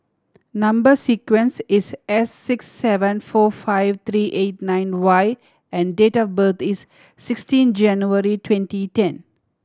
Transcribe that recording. number sequence is S six seven four five three eight nine Y and date of birth is sixteen January twenty ten